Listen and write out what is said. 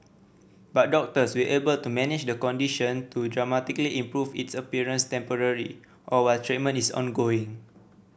but doctors will able to manage the condition to dramatically improve its appearance temporary or while treatment is ongoing